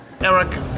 Eric